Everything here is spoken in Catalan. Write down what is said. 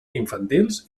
infantils